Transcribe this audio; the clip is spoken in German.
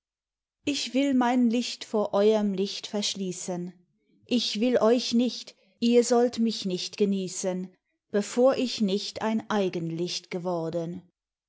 ich will mein licht vor eurem licht verschließen ich will euch nicht ihr sollt mich nicht genießen bevor ich nicht ein eigenlicht geworden